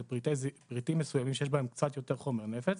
זה פריטים מסוימים שיש בהם קצת יותר חומר נפץ.